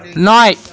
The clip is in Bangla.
নয়